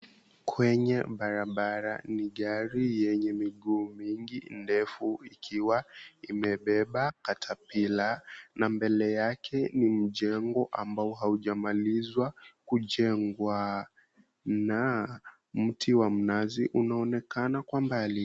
Kwenye barabara ni gari yenye miguu mingi ndefu ikiwa imebeba Katapila na mbele yake ni mjengo ambao haujamalizwa kujengwa na mti wa mnazi unaonekana kwa mbali.